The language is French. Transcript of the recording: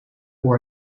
pour